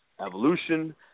Evolution